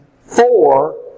four